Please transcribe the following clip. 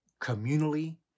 communally